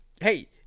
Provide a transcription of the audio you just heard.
hey